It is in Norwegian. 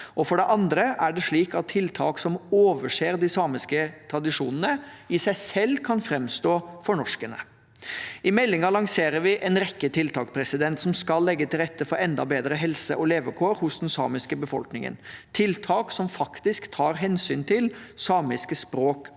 For det andre er det slik at tiltak som overser de samiske tradisjonene, i seg selv kan framstå fornorskende. I meldingen lanserer vi en rekke tiltak som skal legge til rette for enda bedre helse og levekår hos den samiske befolkningen, tiltak som faktisk tar hensyn til samisk språk og kultur.